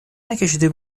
نکشیده